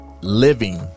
living